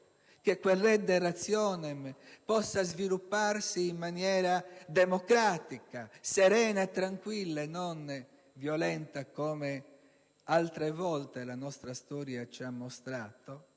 che quel *redde rationem* possa svilupparsi in maniera democratica, serena e tranquilla e non violenta come altre volte la nostra storia ci ha mostrato,